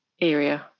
area